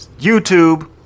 YouTube